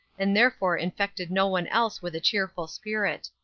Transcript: and therefore infected no one else with a cheerful spirit.